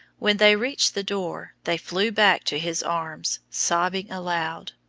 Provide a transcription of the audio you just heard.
when they reached the door they flew back to his arms, sobbing aloud,